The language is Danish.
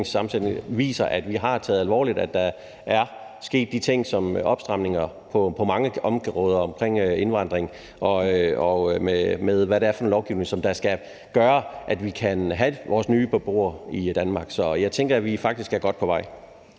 regeringssammensætning viser, at vi har taget det alvorligt. Der er sket ting som opstramninger på mange områder i forhold til indvandring og i forhold til lovgivning, som skal gøre, at vi kan have vores nye beboere i Danmark. Så jeg tænker, at vi faktisk er godt på vej.